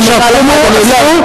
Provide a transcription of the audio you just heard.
אני מודה לך, אדוני.